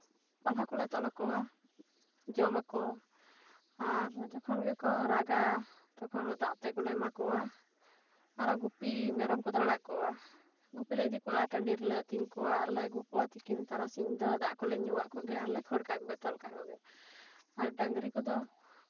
ᱯᱟᱞᱦᱟ ᱠᱚᱞᱮ ᱛᱚᱞ ᱟᱠᱚᱣᱟ ᱡᱚᱢ ᱟᱠᱚ ᱟᱨ ᱡᱚᱠᱷᱚᱱ ᱜᱮᱠᱚ ᱨᱟᱜᱟ ᱛᱚᱠᱷᱚᱱ ᱫᱚ ᱫᱟᱜ ᱛᱮᱜ ᱠᱚᱞᱮ ᱮᱢᱟ ᱠᱚᱣᱟ ᱟᱨᱚ ᱜᱩᱯᱤ ᱢᱮᱨᱚᱢ ᱠᱚᱫᱚᱞᱮ ᱟᱲᱟᱜ ᱠᱚᱣᱟ ᱜᱩᱯᱤ ᱞᱮ ᱤᱫᱤ ᱠᱚᱣᱟ ᱴᱟᱺᱰᱤ ᱨᱮᱞᱮ ᱟᱹᱛᱤᱧ ᱠᱚᱣᱟ ᱟᱨᱞᱮ ᱟᱹᱜᱩ ᱠᱚᱣᱟ ᱛᱤᱠᱤᱱ ᱛᱟᱨᱟᱥᱤᱧ ᱫᱚ ᱫᱟᱜ ᱠᱚᱞᱮ ᱧᱩᱣᱟᱜ ᱠᱚᱜᱮ ᱟᱨᱞᱮ ᱠᱷᱟᱹᱲ ᱠᱟᱠᱚᱜᱮ ᱛᱚᱞ ᱠᱟᱜ ᱠᱟᱠᱚᱜᱮ ᱟᱨ ᱰᱟᱝᱨᱤ ᱠᱚᱫᱚ